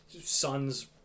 sons